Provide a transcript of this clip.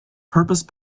purpose